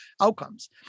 outcomes